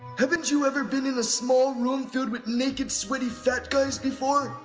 haven't you ever been in a small room filled with naked sweaty fat guys before?